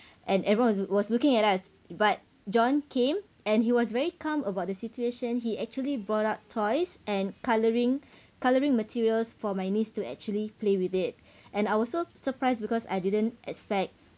and everyone was was looking at us but john came and he was very calm about the situation he actually brought up toys and colouring colouring materials for my niece to actually play with it and I was so surprised because I didn't expect